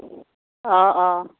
অঁ অঁ